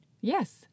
Yes